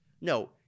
No